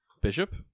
Bishop